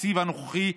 בתקציב הנוכחי,